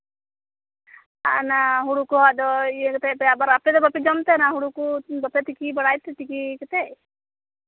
ᱟᱨ ᱚᱱᱟ ᱦᱩᱰᱲᱩ ᱠᱚ ᱟᱫᱚ ᱤᱨ ᱠᱟᱛᱮᱫ ᱟᱵᱟᱨ ᱟᱯᱮ ᱫᱚ ᱵᱟᱯᱮ ᱡᱚᱢ ᱛᱮ ᱚᱱᱟ ᱦᱩᱲᱩ ᱠᱚ ᱵᱟᱯᱮ ᱛᱤᱠᱤ ᱵᱟᱲᱟᱭ ᱛᱮ ᱛᱤᱠᱤ ᱠᱟᱛᱮᱫ